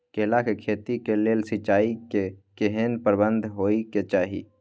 केला के खेती के लेल सिंचाई के केहेन प्रबंध होबय के चाही?